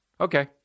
okay